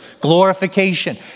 glorification